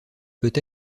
peut